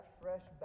fresh